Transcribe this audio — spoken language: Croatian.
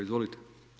Izvolite.